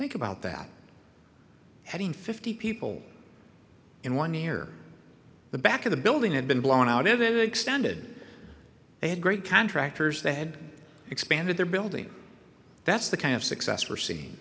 think about that having fifty people in one near the back of the building had been blown out of an extended they had great contractors they had expanded their building that's the kind of success are see